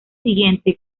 siguiente